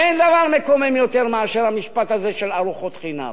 אין דבר מקומם יותר מאשר המשפט הזה של ארוחות חינם.